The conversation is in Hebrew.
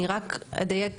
אני רק אדייק.